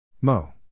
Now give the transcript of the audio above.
Mo